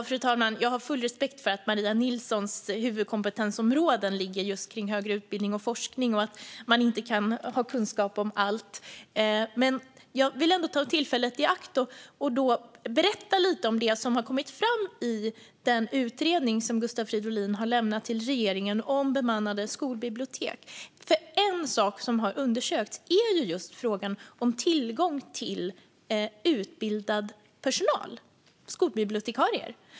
Fru talman! Jag har full respekt för att Maria Nilssons huvudkompetensområde är högre utbildning och forskning, och man kan inte ha kunskap om allt. Jag vill ändå ta tillfället i akt och berätta lite om det som har kommit fram i den utredning som Gustav Fridolin har lämnat till regeringen om bemannade skolbibliotek. En sak som har undersökts är just tillgången till utbildad personal, till skolbibliotekarier.